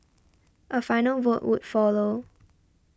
a final vote would follow